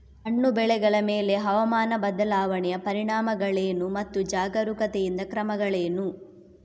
ಹಣ್ಣು ಬೆಳೆಗಳ ಮೇಲೆ ಹವಾಮಾನ ಬದಲಾವಣೆಯ ಪರಿಣಾಮಗಳೇನು ಮತ್ತು ಜಾಗರೂಕತೆಯಿಂದ ಕ್ರಮಗಳೇನು?